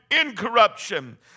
incorruption